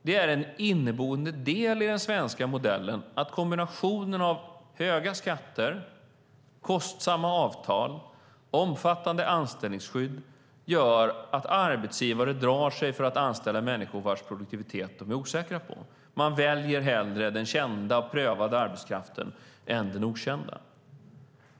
Det är en inneboende del i den svenska modellen att kombinationen av höga skatter, kostsamma avtal och omfattande anställningsskydd gör att arbetsgivare drar sig för att anställa människor och att de är osäkra på produktiviteten. Man väljer hellre den kända och prövade arbetskraften än den okända.